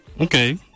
Okay